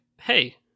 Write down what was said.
Hey